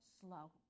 slow